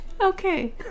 okay